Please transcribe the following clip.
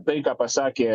tai ką pasakė